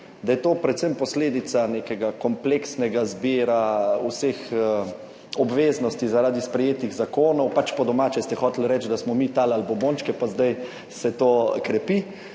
da je to predvsem posledica nekega kompleksnega zbira vseh obveznosti zaradi sprejetih zakonov, pač po domače ste hoteli reči, da smo mi talali bombončke, pa zdaj se to krepi,